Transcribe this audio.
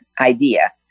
idea